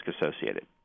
associated